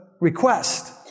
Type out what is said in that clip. request